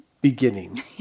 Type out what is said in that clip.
Beginning